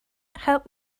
help